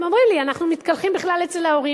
הם אומרים לי: אנחנו מתקלחים בכלל אצל ההורים,